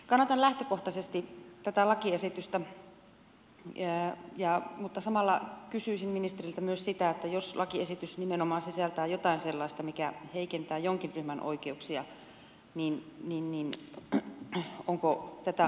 kannatan lähtökohtaisesti tätä lakiesitystä mutta samalla kysyisin ministeriltä myös sitä että jos lakiesitys nimenomaan sisältää jotain sellaista mikä heikentää jonkin ryhmän oikeuksia niin onko tätä arvioitu